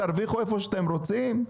תרוויחו איפה שאתם רוצים?